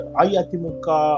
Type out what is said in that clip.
ayatimuka